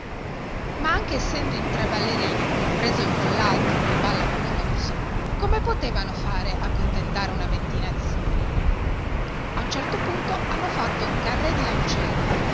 ma anche essendo in tre ballerini compreso il collalto che balla come un orso come potevano fare a contentare una ventina di signorine a un certo punto hanno fatto un carré di lancieri